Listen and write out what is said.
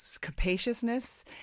capaciousness